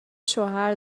شوهر